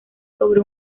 sobre